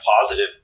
positive